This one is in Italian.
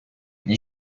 gli